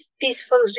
peaceful